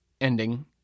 ending